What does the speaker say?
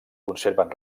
conserven